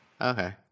Okay